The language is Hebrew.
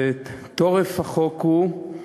תורף החוק הוא,